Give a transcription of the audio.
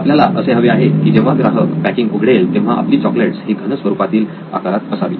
आपल्याला असे हवे आहे की जेव्हा ग्राहक पॅकिंग उघडेल तेव्हा आपली चोकलेट्स ही घन स्वरूपातील आकारात असावी